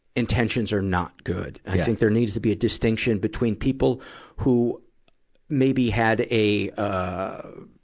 intentions are not good. i think there needs to be a distinction between people who maybe had a, ah,